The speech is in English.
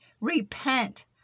Repent